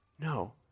no